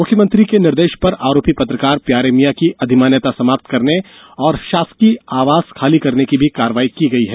मुख्यमंत्री के निर्देश पर आरोपी पत्रकार प्यारे मियां की अधिमान्यता समाप्त करने और शासकीय आवास खाली कराने की भी कार्यवाही की गई है